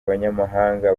abanyamahanga